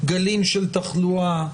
גלים של תחלואה,